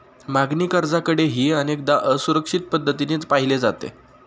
मागणी कर्जाकडेही अनेकदा असुरक्षित पद्धतीने पाहिले जाते